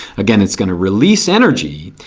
again it's going to release energy.